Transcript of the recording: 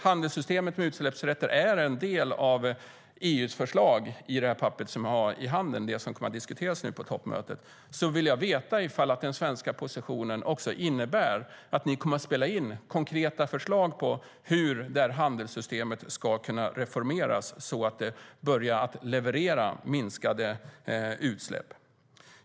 Handelssystemet med utsläppsrätter är en del av EU:s förslag som presenteras i det papper som jag har i handen och kommer att diskuteras nu på toppmötet. Därför vill jag veta ifall den svenska positionen också innebär att ni kommer att föra in konkreta förslag på hur det handelssystemet ska kunna reformeras så att det börjar leverera minskade utsläpp.